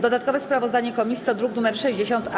Dodatkowe sprawozdanie komisji to druk nr 60-A.